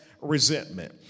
resentment